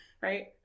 right